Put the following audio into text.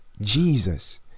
Jesus